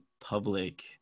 public